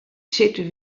sitte